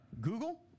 Google